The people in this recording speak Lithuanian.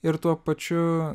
ir tuo pačiu